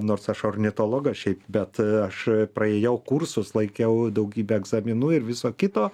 nors aš ornitologas šiaip bet aš praėjau kursus laikiau daugybę egzaminų ir viso kito